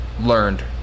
learned